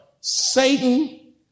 Satan